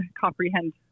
comprehend